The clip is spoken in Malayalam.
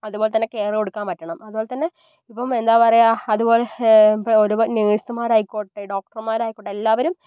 അതുപോലെ തന്നെ കെയർ കൊടുക്കാൻ പറ്റണം അതുപോലെ തന്നെ ഇപ്പം എന്താ പറയുക അതുപോലെ നഴ്സുമാരായിക്കോട്ടെ ഡോക്ടർമാരായിക്കോട്ടെ എല്ലാവരും